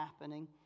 happening